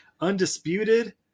Undisputed